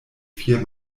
vier